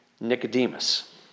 Nicodemus